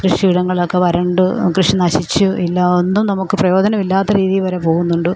കൃഷിയിടങ്ങളൊക്കെ വരണ്ട് കൃഷി നശിച്ച് ഇല്ല ഒന്നും നമുക്ക് പ്രയോജനം ഇല്ലാത്ത രീതിയിൽ വരെ പോകുന്നുണ്ട്